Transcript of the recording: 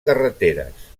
carreteres